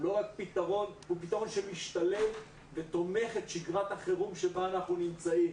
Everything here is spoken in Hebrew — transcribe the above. הוא פתרון שמשתלב ותומך את שגרת החירום שבה אנחנו נמצאים.